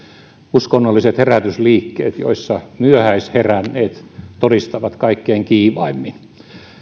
uskonnolliset herätysliikkeet joissa myöhäisheränneet todistavat kaikkein kiivaimmin